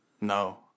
No